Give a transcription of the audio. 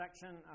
section